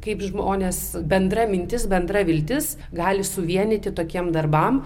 kaip žmones bendra mintis bendra viltis gali suvienyti tokiem darbam